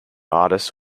artist